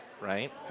right